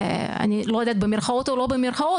אני לא יודעת אם במירכאות או לא במירכאות,